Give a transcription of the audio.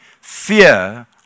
fear